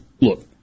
look